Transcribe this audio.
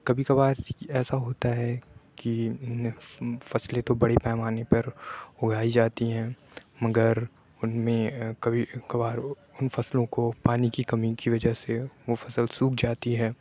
کبھی کبھار ایسا ہوتا ہےکہ فصلیں تو بڑی پیمانے پر اُگائی جاتی ہیں مگر اُن میں کبھی کبھار اُن فصلوں کو پانی کی کمی کی وجہ سے وہ فصل سوکھ جاتی ہے